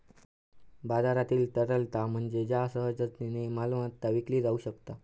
बाजारातील तरलता म्हणजे ज्या सहजतेन मालमत्ता विकली जाउ शकता